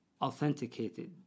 authenticated